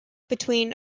between